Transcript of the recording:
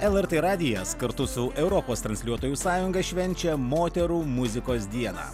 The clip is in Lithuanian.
lrt radijas kartu su europos transliuotojų sąjunga švenčia moterų muzikos dieną